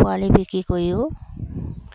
পোৱালি বিক্ৰী কৰিও